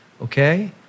Okay